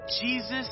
Jesus